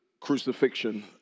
crucifixion